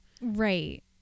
Right